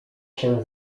się